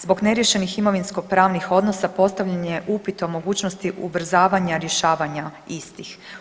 Zbog neriješenih imovinsko-pravnih odnosa postavljen je upit o mogućnosti ubrzavanja rješavanja istih.